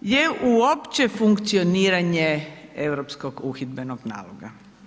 je uopće funkcioniranje Europskog uhidbenog naloga.